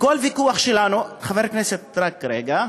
בכל ויכוח שלנו, חבר הכנסת אמיר, רק רגע.